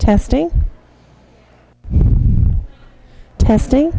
testing testing